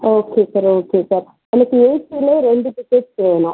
okay sir okay sir எனக்கு ஏசியிலே ரெண்டு டிக்கெட்ஸ் வேணும்